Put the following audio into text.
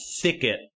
thicket